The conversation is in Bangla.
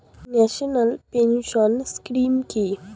ন্যাশনাল পেনশন স্কিম কি?